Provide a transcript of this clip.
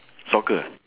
soccer